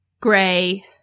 gray